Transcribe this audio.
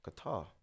Qatar